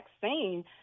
vaccine